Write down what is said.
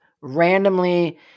randomly